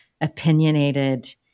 opinionated